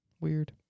Weird